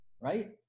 right